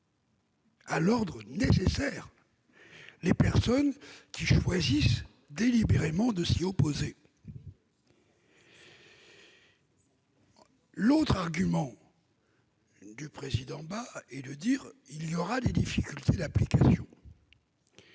à l'ordre nécessaire les personnes qui choisissent délibérément de s'opposer aux mesures d'isolement. L'argument du président Bas est de dire qu'il y aura des difficultés d'application.